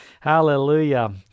Hallelujah